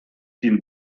den